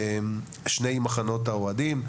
שני מחנות האוהדים.